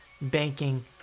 banking